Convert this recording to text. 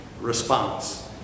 response